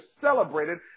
celebrated